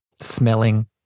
smelling